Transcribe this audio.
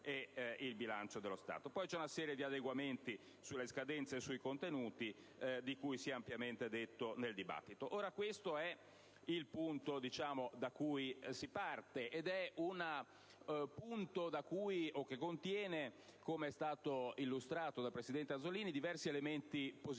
poi una serie di adeguamenti sulle scadenze e sui contenuti, di cui si è ampiamente parlato nel dibattito. Questo è il punto da cui si parte. Esso contiene, come ha illustrato il presidente Azzollini, diversi elementi positivi,